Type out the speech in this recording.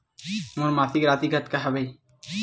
मोर मासिक राशि कतका हवय?